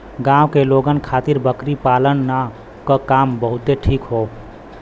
गांव के लोगन खातिर बकरी पालना क काम बहुते ठीक हौ